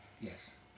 Yes